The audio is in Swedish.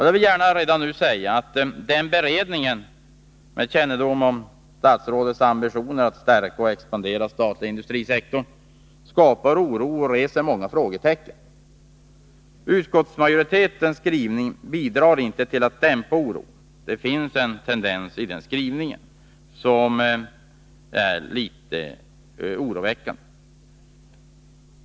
Jag vill gärna redan nu säga att den beredningen, med kännedom om statsrådets ambitioner att stärka och expandera den statliga industrisektorn, skapar oro och reser många frågetecken. Utskottsmajoritetens skrivning bidrar inte till att dämpa oron. Det finns en tendens i denna skrivning som är litet oroväckande.